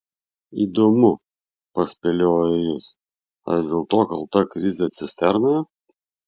įdomu paspėliojo jis ar dėl to kalta krizė cisternoje